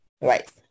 right